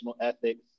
ethics